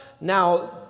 Now